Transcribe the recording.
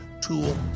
tool